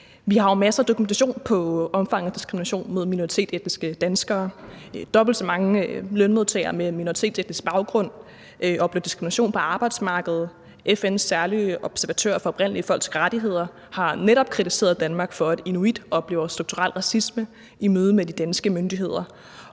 Vi har jo masser af dokumentation for omfanget at diskrimination mod minoritetsetniske danskere. Dobbelt så mange lønmodtagere med minoritetsetnisk baggrund oplever diskrimination på arbejdsmarkedet; FN's særlige observatør for oprindelige folks rettigheder har netop kritiseret Danmark for, at inuit oplever strukturel racisme i mødet med de danske myndigheder;